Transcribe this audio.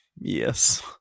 yes